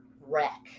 wreck